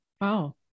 Wow